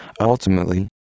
Ultimately